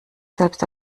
selbst